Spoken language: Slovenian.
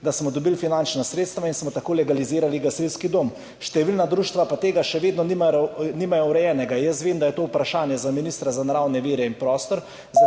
da smo dobili finančna sredstva, in smo tako legalizirali gasilski dom. Številna društva pa tega še vedno nimajo urejenega. Vem, da je to vprašanje za ministra za naravne vire in prostor,